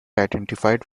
identified